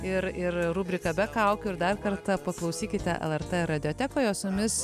ir ir rubriką be kaukių ir dar kartą paklausykite lrt radiotekoje o su jumis